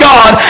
God